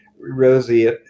Rosie